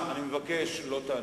אני מבקש שלא תענה.